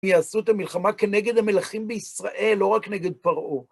יעשו את המלחמה כנגד המלכים בישראל, לא רק נגד פרעה.